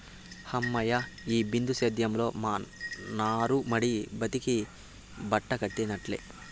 హమ్మయ్య, ఈ బిందు సేద్యంతో మా నారుమడి బతికి బట్టకట్టినట్టే